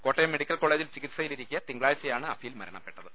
Kottayam medical കോളജിൽ ചികിത്സയി ലിരിക്കെ തിങ്കളാഴ്ചയാണ് അഫീൽ മരണപ്പെട്ടത്